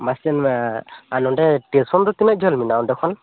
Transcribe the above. ᱟᱨ ᱱᱚᱰᱮ ᱴᱮᱥᱚᱱ ᱫᱚ ᱛᱤᱱᱟ ᱜ ᱡᱷᱟ ᱞ ᱢᱮᱱᱟᱜ ᱟ ᱚᱱᱰᱮ ᱠᱷᱚᱱ